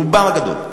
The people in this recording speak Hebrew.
רובם הגדול.